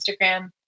Instagram